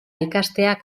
ikasteak